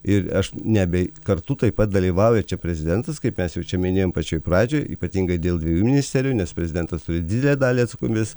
ir aš ne bei kartu taip pat dalyvauja čia prezidentas kaip mes jau čia minėjom pačioj pradžioj ypatingai dėl dviejų ministerijų nes prezidentas turi didelę dalį atsakomybės